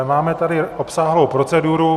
Máme tady obsáhlou proceduru.